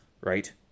right